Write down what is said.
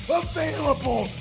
available